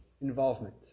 involvement